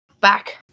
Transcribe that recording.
Back